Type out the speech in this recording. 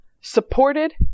supported